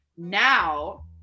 now